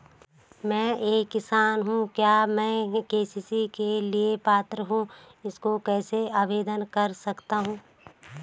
मैं एक किसान हूँ क्या मैं के.सी.सी के लिए पात्र हूँ इसको कैसे आवेदन कर सकता हूँ?